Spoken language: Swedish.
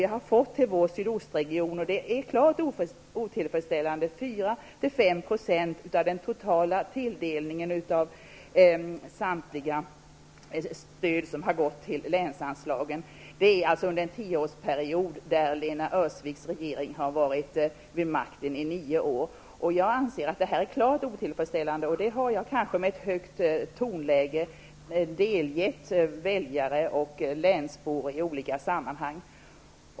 Vi har till vår sydostregion fått, och det är klart otillfredsställande, 4--5 % av den totala tilldelningen av stöd som har gått till länsanslagen. Detta gäller under en tioårsperiod, varav Lena Öhrsviks parti har varit vid makten i nio år. Jag anser att stödet är klart otillfredsställande och det har jag kanske med ett högt tonläge delgivit väljare och länsbor i olika sammanhang.